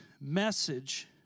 message